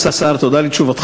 אדוני השר, תודה על תשובתך.